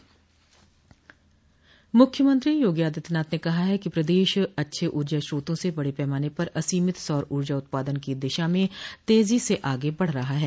मुख्यमंत्री योगी आदित्यनाथ ने कहा है कि प्रदेश अच्छे ऊर्जा स्रोतों से बड़े पैमाने पर असीमित सौ ऊर्जा उत्पादन की दिशा में तेजी से आगे बढ़ रहा है